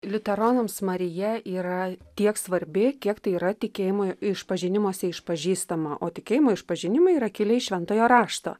liuteronams marija yra tiek svarbi kiek tai yra tikėjimo išpažinimuose išpažįstama o tikėjimo išpažinimai yra kilę iš šventojo rašto